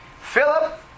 Philip